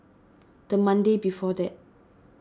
the Monday before that